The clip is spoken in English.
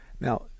Now